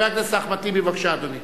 חבר הכנסת אחמד טיבי, בבקשה, אדוני.